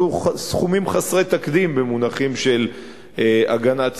אלה סכומים חסרי תקדים במונחים של הגנת הסביבה.